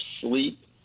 sleep